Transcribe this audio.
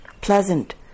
pleasant